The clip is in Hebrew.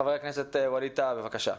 חבר הכנסת ווליד טאהא, בבקשה.